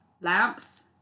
lamps